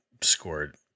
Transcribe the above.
scored